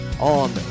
on